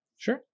Sure